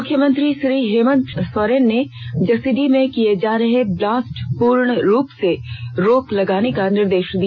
मुख्यमंत्री श्री हेमन्त सोरेन ने जसीडीह में किये जा रहे ब्लास्ट पर पूर्ण रूप से रोक लगाने का निर्देष दिया